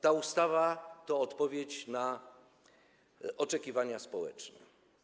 Ta ustawa to odpowiedź na oczekiwania społeczne.